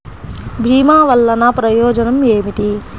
భీమ వల్లన ప్రయోజనం ఏమిటి?